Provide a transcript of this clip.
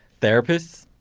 therapists?